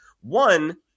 One